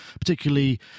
particularly